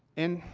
and,